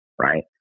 right